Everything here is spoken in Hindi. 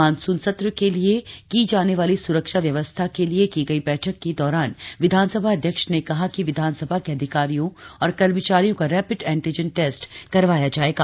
मानसून सत्र के लिए की जाने वाली स्रक्षा व्यवस्था के लिए की गई बैठक के दौरान विधानसभा अध्यक्ष ने कहा कि विधानसभा के अधिकारियों और कर्मचारियों का रैपिड एंटीजन टेस्ट करवाया जाएगा